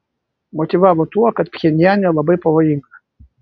motyvavo tuo kad pchenjane labai pavojinga